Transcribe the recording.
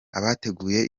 abateguye